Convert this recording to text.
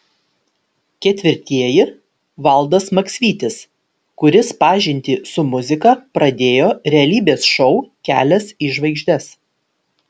ketvirtieji valdas maksvytis kuris pažintį su muzika pradėjo realybės šou kelias į žvaigždes